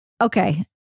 okay